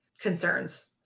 concerns